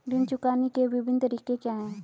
ऋण चुकाने के विभिन्न तरीके क्या हैं?